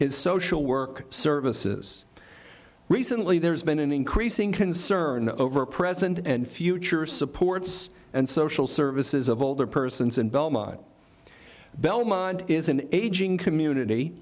is social work services recently there's been an increasing concern over present and future supports and social services of older persons and velma belmont is an aging community